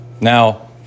now